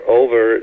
over